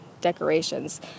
decorations